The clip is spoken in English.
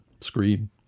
screen